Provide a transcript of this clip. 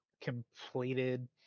completed